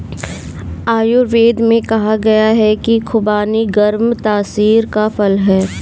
आयुर्वेद में कहा गया है कि खुबानी गर्म तासीर का फल है